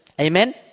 Amen